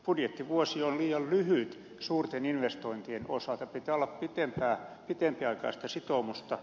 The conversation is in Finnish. budjettivuosi on liian lyhyt suurten investointien osalta pitää olla pitempiaikaista sitoumusta